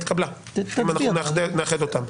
התקבלה אם אנחנו נאחד אותן.